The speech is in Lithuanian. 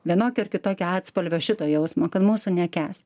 vienokio ar kitokio atspalvio šito jausmo kad mūsų nekęs